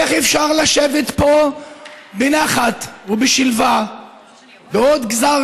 איך אפשר לשבת פה בנחת ובשלווה בעוד גזר